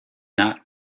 not